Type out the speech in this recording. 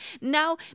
Now